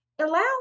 Allow